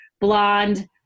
blonde